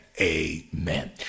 amen